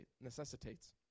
necessitates